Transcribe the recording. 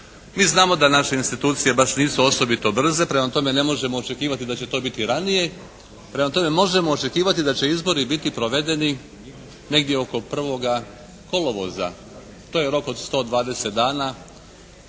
Mi znamo da naše institucije baš nisu osobito brze, prema tome ne možemo očekivati da će to biti ranije. Prema tome, možemo očekivati da će izbori biti provedeni negdje oko 1. kolovoza. To je rok od 120 dana